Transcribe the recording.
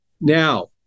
now